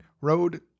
Road